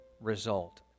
result